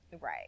Right